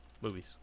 Movies